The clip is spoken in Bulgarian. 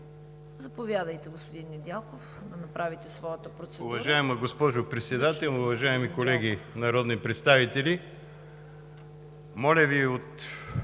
Заповядайте, господин Недялков, да направите своята процедура.